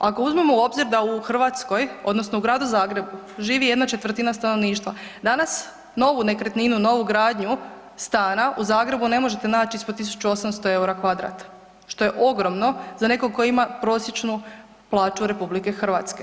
Ako uzmemo u obzir da u Hrvatskoj, odnosno u gradu Zagrebu živi jedna četvrtina stanovništva, danas novu nekretninu, novu gradnju stana u Zagrebu ne možete naći ispod 1800 eura kvadrat, što je ogromno za nekog tko ima prosječnu plaću RH.